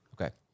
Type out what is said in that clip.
Okay